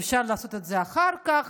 אפשר לעשות את זה אחר כך